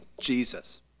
Jesus